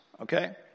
okay